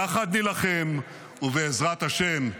יחד נילחם, ובעזרת השם,